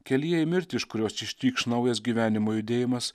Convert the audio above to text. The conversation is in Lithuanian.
kelyje į mirtį iš kurios ištrykš naujas gyvenimo judėjimas